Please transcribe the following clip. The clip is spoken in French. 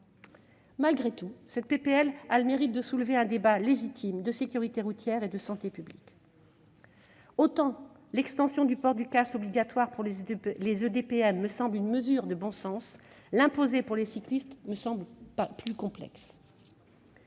Malgré tout, ce texte a le mérite de soulever un débat légitime de sécurité routière et de santé publique. Autant étendre le port du casque obligatoire pour les EDPM me semble une mesure de bon sens, autant l'imposer pour les cyclistes me paraît plus complexe.